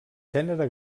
gènere